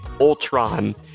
Ultron